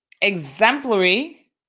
exemplary